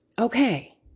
Okay